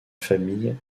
famille